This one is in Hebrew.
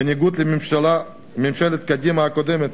וזאת בניגוד לממשלת קדימה הקודמת,